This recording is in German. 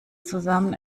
zusammen